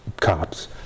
cops